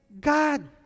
God